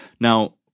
Now